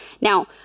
Now